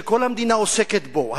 שכל המדינה עוסקת בו,